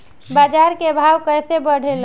बाजार के भाव कैसे बढ़े ला?